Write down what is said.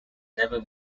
never